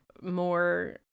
more